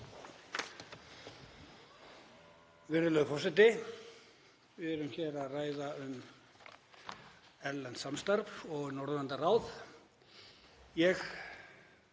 Við erum hér að ræða um erlent samstarf og Norðurlandaráð. Ég